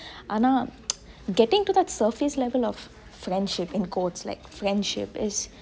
ஆனா:aana getting to that surface level of friendship in quotes like friendship is